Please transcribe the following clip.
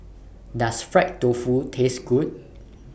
Does Fried Tofu Taste Good